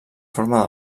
forma